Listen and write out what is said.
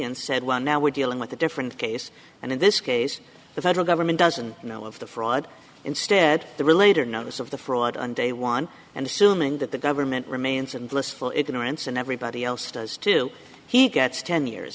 and said well now we're dealing with a different case and in this case the federal government doesn't know of the fraud instead the relator notice of the fraud on day one and assuming that the government remains and blissful ignorance and everybody else does too he gets ten years